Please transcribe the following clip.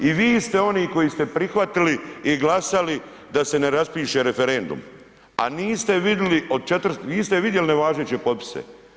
I vi ste oni koji ste prihvatili i glasali da se ne raspiše referendum, a niste vidli, od 400, niste vidjeli nevažeće potpise.